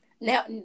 Now